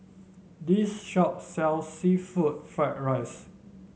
this shop sells seafood Fried Rice